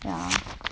ya